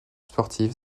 sportive